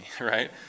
right